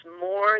more